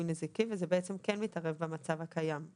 נזיקין וזה בעצם כן משנה את המצב הקיים.